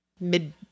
mid